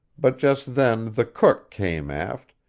but just then the cook came aft,